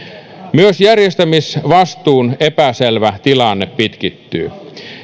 myös järjestämisvastuun epäselvä tilanne pitkittyy